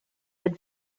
had